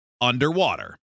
underwater